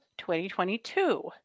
2022